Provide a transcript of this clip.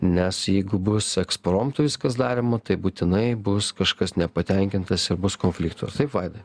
nes jeigu bus ekspromtu viskas daroma tai būtinai bus kažkas nepatenkintas ir bus konfliktas taip vaidai